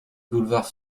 boulevard